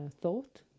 thought